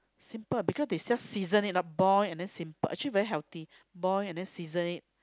simple because they just season it up boil and then simple actually very healthy boil and then season it